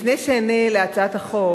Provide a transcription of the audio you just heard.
לפני שאענה על הצעת החוק